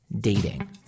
dating